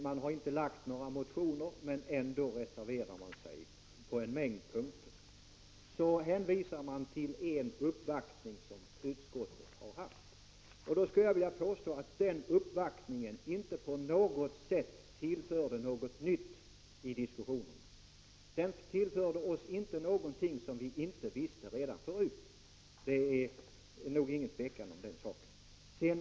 De har inte väckt några motioner, men ändå reserverar de sig på en mängd punkter. Nu hänvisar reservanterna till en uppvaktning hos utskottet. Jag påstår att denna uppvaktning över huvud taget inte tillförde något nytt i diskussionen. Den tillförde oss inte något som vi inte visste redan förut. Det är nog inget tvivel om den saken.